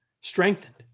strengthened